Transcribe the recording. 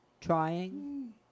trying